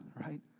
right